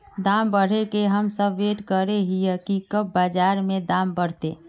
दाम बढ़े के हम सब वैट करे हिये की कब बाजार में दाम बढ़ते?